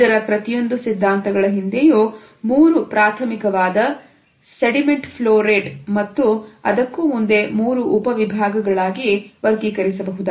ಇದರ ಪ್ರತಿಯೊಂದು ಸಿದ್ಧಾಂತಗಳ ಹಿಂದೆಯೂ ಮೂರು ಪ್ರಾರ್ಥಮಿಕವಾದ Sediment Flow Rate ಮತ್ತು ಅದಕ್ಕೂ ಮುಂದೆ ಮೂರು ಉಪ ವಿಭಾಗಗಳಾಗಿ ವರ್ಗೀಕರಿಸಬಹುದು